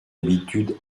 habitude